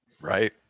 Right